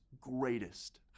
greatest